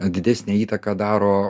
didesnę įtaką daro